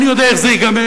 אני יודע איך זה ייגמר.